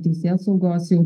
teisėsaugos jau